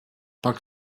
pak